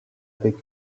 avec